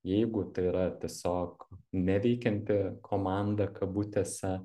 jeigu tai yra tiesiog neveikianti komanda kabutėse